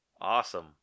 Awesome